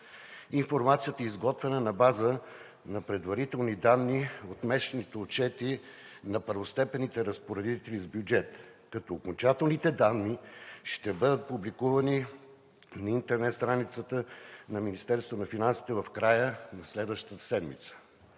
Информацията е изготвена на база на предварителни данни от месечните отчети на първостепенните разпоредители с бюджет, като окончателните данни ще бъдат публикувани на интернет страницата на Министерството на